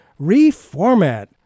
reformat